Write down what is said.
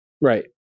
Right